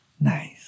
Nice